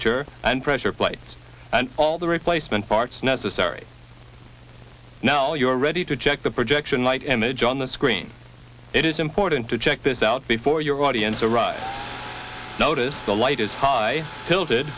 aperture and pressure plates and all the replacement parts necessary now you're ready to check the projection light image on the screen it is important to check this out before your audience arrives notice the light is high tilted